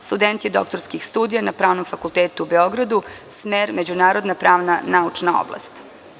Student je doktorskih studija na Pravnom fakultetu u Beogradu, smer međunarodna pravna naučna oblast.